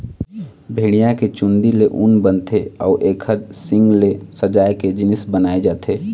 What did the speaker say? भेड़िया के चूंदी ले ऊन बनथे अउ एखर सींग ले सजाए के जिनिस बनाए जाथे